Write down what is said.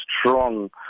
strong